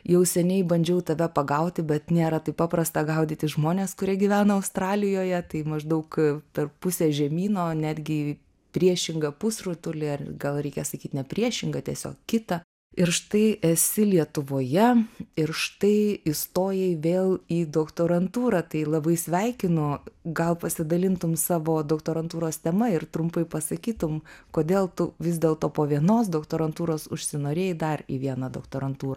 jau seniai bandžiau tave pagauti bet nėra taip paprasta gaudyti žmones kurie gyvena australijoje tai maždaug per pusę žemyno netgi priešingą pusrutulį ar gal reikia sakyt ne priešingą tiesiog kitą ir štai esi lietuvoje ir štai įstojai vėl į doktorantūrą tai labai sveikinu gal pasidalintum savo doktorantūros tema ir trumpai pasakytum kodėl tu vis dėlto po vienos doktorantūros užsinorėjai dar į vieną doktorantūrą